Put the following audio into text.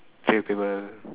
few people